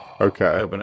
Okay